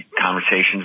conversations